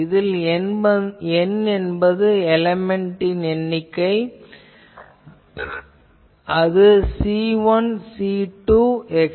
இதில் N என்பது எலேமென்ட்டின் எண்ணிக்கை அதாவது C1 C2 etc